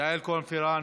יעל כהן-פארן.